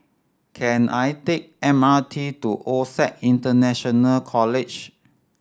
can I take M R T to OSAC International College